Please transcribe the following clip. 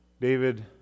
David